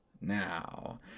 now